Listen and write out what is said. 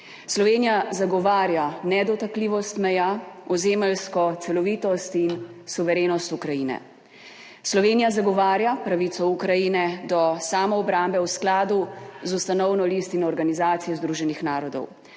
Slovenija zagovarja nedotakljivost meja, ozemeljsko celovitost in suverenost Ukrajine. Slovenija zagovarja pravico Ukrajine do samoobrambe v skladu z ustanovno listino Organizacije združenih narodov.